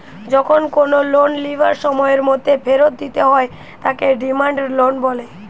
যখন কোনো লোন লিবার সময়ের মধ্যে ফেরত দিতে হয় তাকে ডিমান্ড লোন বলে